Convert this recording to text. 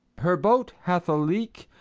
her boat hath a leak,